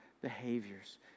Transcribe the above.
behaviors